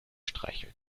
streicheln